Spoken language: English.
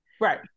Right